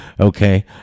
Okay